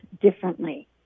differently